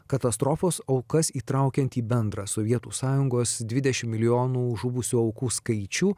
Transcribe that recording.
katastrofos aukas įtraukiant į bendrą sovietų sąjungos dvidešimt milijonų žuvusių aukų skaičių